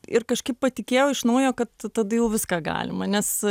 ir kažkaip patikėjau iš naujo kad tada jau viską galima nes